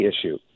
issue